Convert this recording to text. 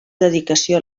dedicació